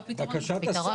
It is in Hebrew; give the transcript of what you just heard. בקשת השר.